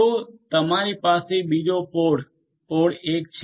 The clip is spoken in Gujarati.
તો તમારી પાસે બીજો પોડ પોડ 1 છે